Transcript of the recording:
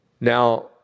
Now